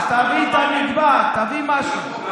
אז תביא את המגבעת, תביא משהו.